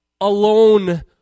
alone